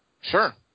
Sure